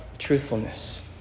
Truthfulness